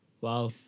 Wow